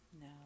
No